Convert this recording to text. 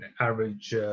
average